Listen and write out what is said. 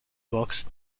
box